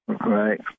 Right